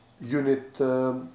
unit